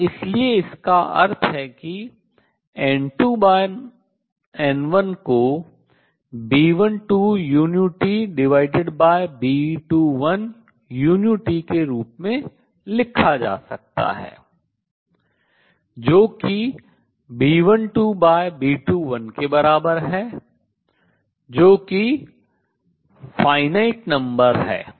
और इसलिए इसका अर्थ है कि N2 N1 को B12uTB21uT के रूप में लिखा जा सकता है जो कि B12B21 के बराबर है जो कि परिमित संख्या है